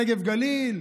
הנגב והגליל,